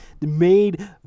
made